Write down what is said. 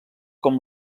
com